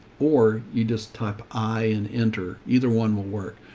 or you just type i and enter either one will work.